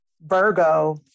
Virgo